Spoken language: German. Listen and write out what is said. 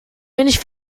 wenig